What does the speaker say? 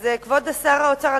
אז כבוד שר האוצר,